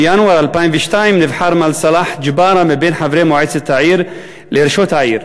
בינואר 2002 נבחר מר סלאח ג'בארה מבין חברי מועצת העיר לראשות העיר,